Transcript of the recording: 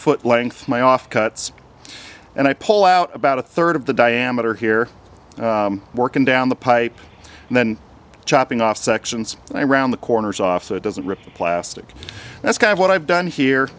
foot length my off cuts and i pull out about a third of the diameter here working down the pipe and then chopping off sections and i round the corners off so it doesn't repeat plastic that's kind of what i've done here